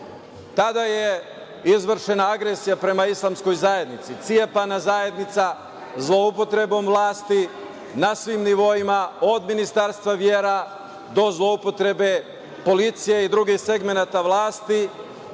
je izvršena agresija prema Islamskoj zajednici, cepana zajednica zloupotrebom vlasti na svim nivoima, od Ministarstva vera, do zloupotrebe policije i drugih segmenata vlasti,